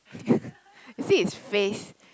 you see his face